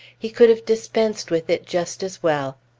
he could have dispensed with it just as well.